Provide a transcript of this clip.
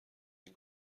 این